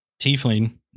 tiefling